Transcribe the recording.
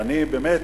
ואני, באמת,